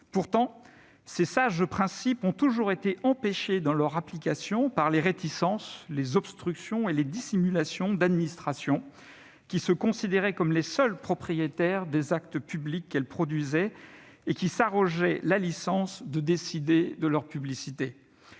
de ces sages principes a toujours été empêchée par les réticences, les obstructions et les dissimulations d'administrations qui se considéraient comme les seules propriétaires des actes publics qu'elles produisaient et qui s'arrogeaient la licence de décider de leur publicité.